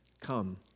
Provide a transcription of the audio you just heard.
Come